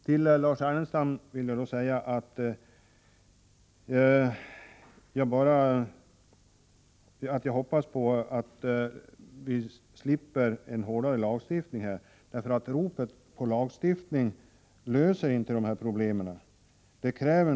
Till Lars Ernestam vill jag säga att jag hoppas att vi slipper en hårdare lagstiftning på detta område, därför att vi löser inte dessa problem på det sättet.